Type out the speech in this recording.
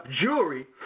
jewelry